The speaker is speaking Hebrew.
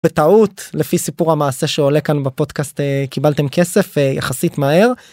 בטעות לפי סיפור המעשה שעולה כאן בפודקאסט קיבלתם כסף יחסית מהר.